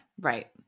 Right